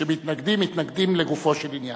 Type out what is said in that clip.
שכאשר מתנגדים, מתנגדים לגופו של עניין.